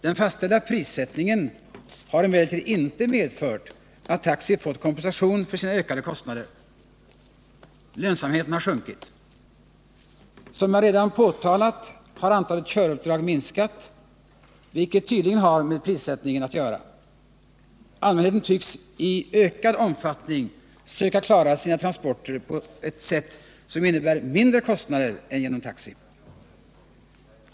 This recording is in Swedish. Den fastställda prissättningen har emellertid inte medfört att taxi fått kompensation för sina ökade kostnader. Lönsamheten har sjunkit. Som jag redan påtalat har antalet köruppdrag minskat, vilket tydligen har med prissättningen att göra. Allmänheten tycks i ökad omfattning söka klara sina transporter på ett sätt som innebär mindre kostnader än genom taxi.